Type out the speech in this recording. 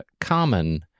Common